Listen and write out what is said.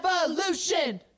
revolution